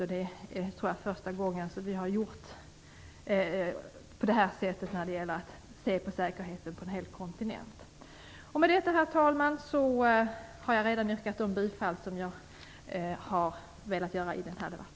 Jag tror att det är första gången som vi har gjort på det här sättet när det gäller att se på säkerheten på en hel kontinent. Herr talman! Jag har redan yrkat bifall till de reservationer jag har velat framhålla i den här debatten.